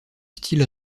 style